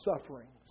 sufferings